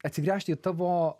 atsigręžti į tavo